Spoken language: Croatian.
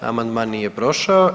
Amandman nije prošao.